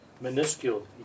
minuscule